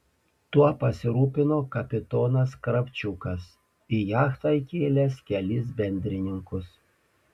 tuo pasirūpino kapitonas kravčiukas į jachtą įkėlęs kelis bendrininkus